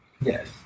Yes